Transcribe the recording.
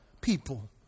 people